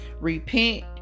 Repent